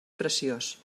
preciós